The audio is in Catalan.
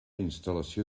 instal·lació